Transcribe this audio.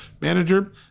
manager